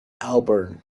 auburn